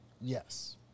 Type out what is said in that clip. Yes